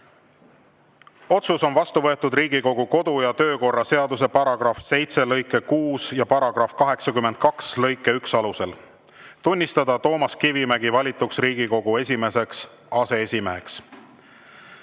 Otsus on vastu võetud Riigikogu kodu‑ ja töökorra seaduse § 7 lõike 6 ja § 82 lõike 1 alusel. Tunnistada Toomas Kivimägi valituks Riigikogu esimeseks aseesimeheks.